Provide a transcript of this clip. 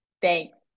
Thanks